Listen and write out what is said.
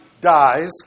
dies